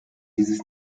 dieses